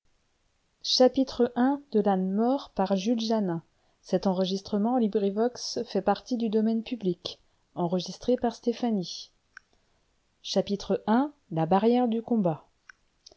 à la barrière du combat